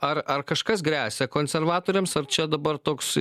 ar ar kažkas gresia konservatoriams ar čia dabar toks